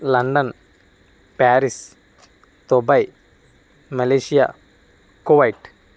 London Paris Dubai Malaysia Kuwait